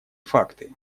факты